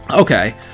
Okay